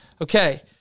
Okay